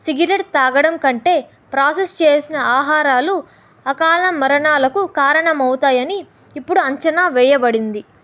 cigarette త్రాగడంకంటే process చేసిన ఆహారాలు అకాల మరణాలకు కారణమవుతాయని ఇప్పుడు అంచనా వెయ్యబడింది